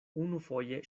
unufoje